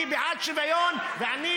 אני בעד שוויון ואני